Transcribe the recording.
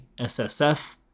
SSF